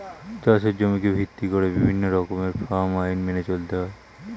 চাষের জমিকে ভিত্তি করে বিভিন্ন রকমের ফার্ম আইন মেনে চলতে হয়